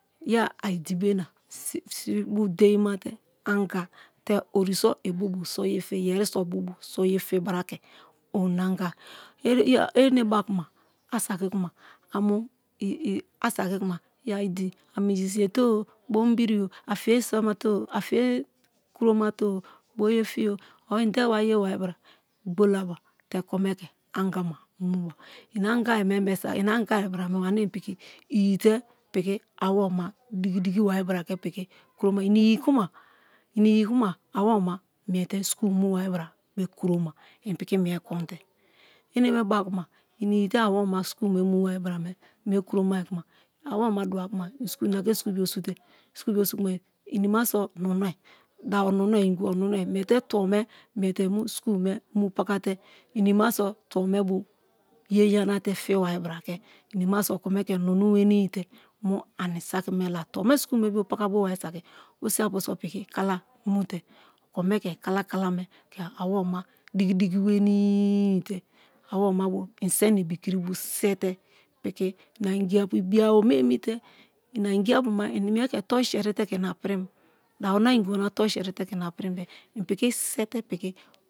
Ya idi be na ba deimate anga te oriso ibu-bu soyefi yeriso obubu soye tibra ke orina-anga ene ba-a kuma asaki kuma amu asaki kuma ye idi a minji ye te-o a fiye krumate-o bo ye fi-o or inde wa yewa ri bra gbolaba te okome ke anga mie saka i angai bramebo ane i piki iyite picki awomema diki-diki wari bra ke piki kromai i iyi kuma i iyikuma awome ma mete school mubai bra be kroma i piki mie konte eneme ba-a kuma idikite awomema mie school niuware bra mie kromai kuma awome ma dua kuma i ina ke school bio sute inima so nunue dabo numie ingibo mune miete tubome miete mu school me mu pakate inima so tubo me bo ye yanate fibari bra ke inima so okome ke mu munu we nii te mu ani saka me ba. Tubo me school me mu pakabwai saki osi apu piki kala mute okome ke kala kala awomena diki diki wenii awomena bo i se na ibikiri bo sete piki ja ingiapu ina wome eni te bia ingaapu toru serite ke niaprin dabo na ingibo toruseri teke ina prim be-e i piki sete piki.